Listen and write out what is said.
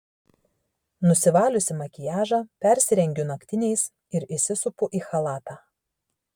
nusivaliusi makiažą persirengiu naktiniais ir įsisupu į chalatą